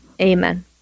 amen